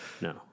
no